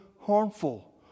harmful